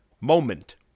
Moment